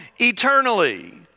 eternally